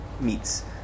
meets